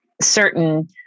certain